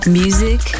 music